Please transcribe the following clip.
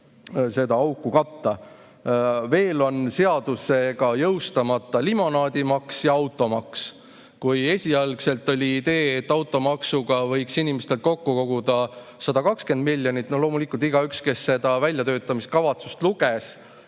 auku katta. Veel on seadusega jõustamata limonaadimaks ja automaks. Kui esialgu oli idee, et automaksuga võiks inimestelt kokku koguda 120 miljonit – no loomulikult igaüks, kes seda väljatöötamiskavatsust luges,